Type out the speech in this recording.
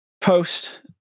post